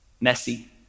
messy